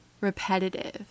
repetitive